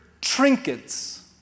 trinkets